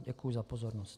Děkuji za pozornost.